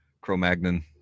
Cro-Magnon